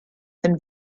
and